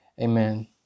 Amen